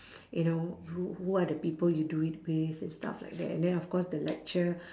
you know who who are the people you do it with and stuff like that and then of course the lecture